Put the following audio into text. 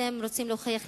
אתם רוצים להוכיח לעצמכם?